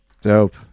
Dope